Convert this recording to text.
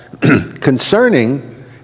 concerning